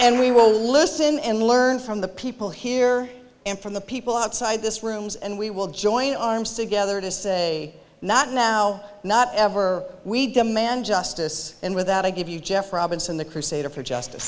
and we will listen and learn from the people here and from the people outside this rooms and we will join arms together to say not now not ever we demand justice and with that i give you jeff robinson the crusader for justice